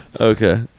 Okay